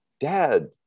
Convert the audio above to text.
dad